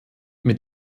mit